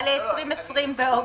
תקציב ל-2020 באוגוסט.